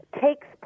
takes